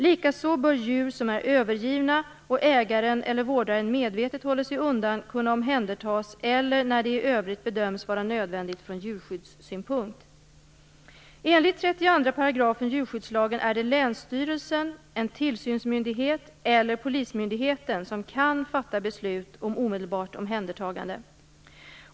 Likaså bör djur som är övergivna och vars ägare eller vårdare medvetet håller sig undan kunna omhändertas, eller när det i övrigt bedöms vara nödvändigt från djurskyddssynpunkt. Enligt 32 § djurskyddslagen är det länsstyrelsen, en tillsynsmyndighet eller polismyndigheten som kan fatta beslut om omedelbart omhändertagande.